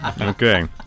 Okay